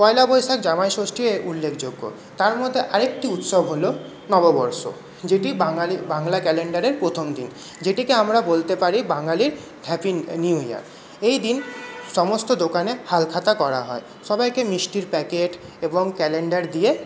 পয়লা বৈশাখ জামাই ষষ্ঠী উল্লেখযোগ্য তার মধ্যে আর একটি উৎসব হল নববর্ষ যেটি বাঙালি বাংলা ক্যালেন্ডারের প্রথম দিন যেটিকে আমরা বলতে পারি বাঙালির হ্যাপি নিউ ইয়ার এই দিন সমস্ত দোকানে হালখাতা করা হয় সবাইকে মিষ্টির প্যাকেট এবং ক্যালেন্ডার দিয়ে